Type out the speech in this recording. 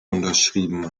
unterschrieben